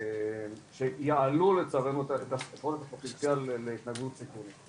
שיעלו לצערנו את הסיכון והפוטנציאל להתנהגות סיכונית,